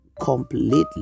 completely